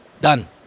Done